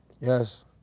Yes